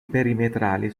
perimetrali